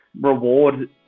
reward